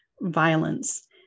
violence